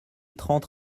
trente